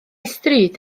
stryd